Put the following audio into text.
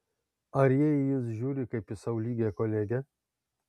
ar jie į jus žiūri kaip į sau lygią kolegę